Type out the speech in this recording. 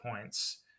points